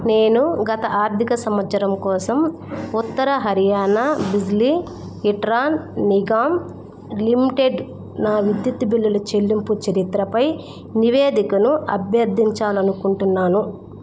నేను గత ఆర్థిక సంవత్సరం కోసం ఉత్తర హర్యానా బిజిలీ విట్రాన్ నిగమ్ లిమిటెడ్ నా విద్యుత్ బిల్లులు చెల్లింపు చరిత్రపై నివేదికను అభ్యర్థించాలి అనుకుంటున్నాను